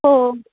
हो